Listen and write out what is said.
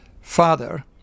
father